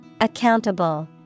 Accountable